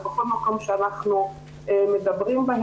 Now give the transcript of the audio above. או בכל מקום שאנחנו מדברים בו,